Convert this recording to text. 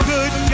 Good